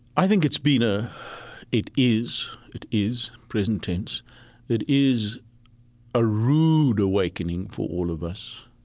i think it's been a it is, it is, present tense it is a rude awakening for all of us.